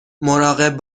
مراقب